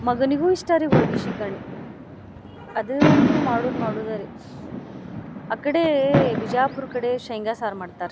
ಮಗನಿಗೂ ಇಷ್ಟ ರೀ ಹೋಳ್ಗಿ ಶೀಕರ್ಣಿ ಅದ ಅಂತು ಮಾಡುದ ಮಾಡುದಾ ರೀ ಆ ಕಡೆ ಬಿಜಾಪುರ ಕಡೆ ಶೇಂಗ ಸಾರು ಮಾಡ್ತಾರೆ ರೀ